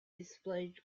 displays